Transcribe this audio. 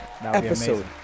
episode